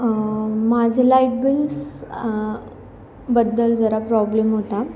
माझे light bills बद्दल जरा प्रॉब्लेम होता